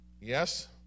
Yes